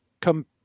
come